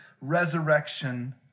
resurrection